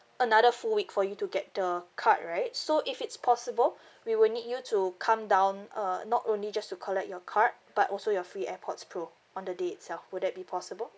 another full week for you to get the card right so if it's possible we will need you to come down uh not only just to collect your card but also your free airpods pro on the day itself will that be possible